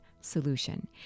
solution